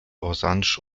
orange